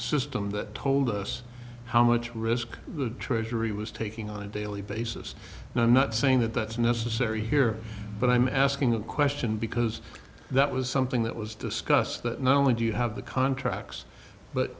system that told us how much risk the treasury was taking on a daily basis and i'm not saying that that's necessary here but i'm asking that question because that was something that was discussed that not only do you have the contracts but